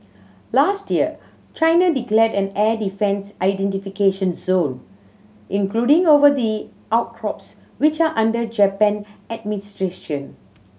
last year China declared an air defence identification zone including over the outcrops which are under Japan administration